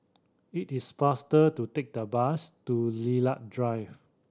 it is faster to take the bus to Lilac Drive